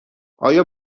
آیا